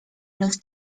los